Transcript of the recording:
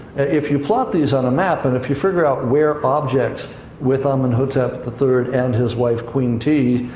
if you plot these on a map and if you figure out where objects with amenhotep the third and his wife, queen tiye,